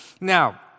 Now